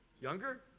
Younger